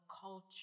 culture